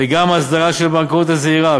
וגם אסדרה של הבנקאות הזעירה,